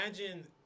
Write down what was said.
imagine